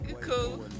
Cool